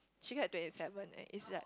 she get twenty seven leh it's like